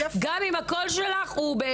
גם אם הקול שלך הוא לא נכון,